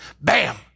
bam